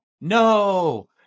no